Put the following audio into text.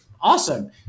Awesome